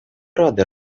рады